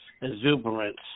exuberance